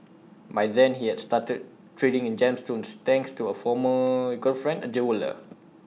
by then he had started trading in gemstones thanks to A former girlfriend A jeweller